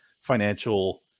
financial